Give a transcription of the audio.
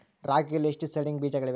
ರಾಗಿಯಲ್ಲಿ ಎಷ್ಟು ಸೇಡಿಂಗ್ ಬೇಜಗಳಿವೆ?